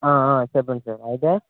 చెప్పండి సార్ అయితే